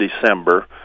December